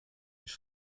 niż